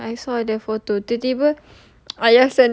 ah ya I saw the photo the table